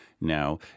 now